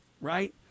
right